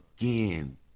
again